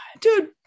dude